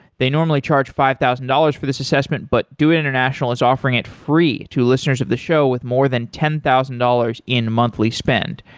they normally charge five thousand dollars for this assessment, but doit international is offering it free to listeners of the show with more than ten thousand dollars in monthly spend.